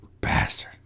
bastard